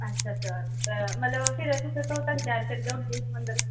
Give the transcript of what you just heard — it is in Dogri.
एच्छा अच्छा ते फिर तुस कदूं तगर त्यार करी देई ओड़गे मंदर